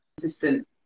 consistent